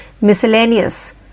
Miscellaneous